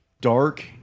dark